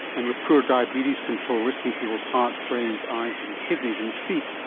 and with poor diabetes control risking people's hearts, brains, eyes and kidneys and feet,